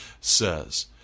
says